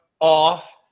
off